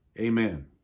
Amen